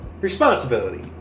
Responsibility